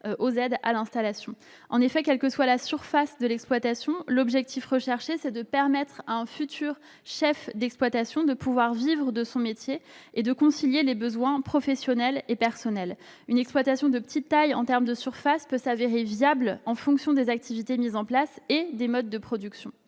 aux aides à l'installation. En effet, quelle que soit la surface de l'exploitation, il convient de permettre à un futur chef d'exploitation de vivre de son métier et de concilier ses besoins professionnels et personnels. Une exploitation de petite taille en termes de surface peut s'avérer viable en fonction des activités mises en place et des modes de production.